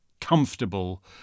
comfortable